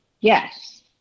Yes